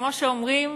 כמו שאומרים,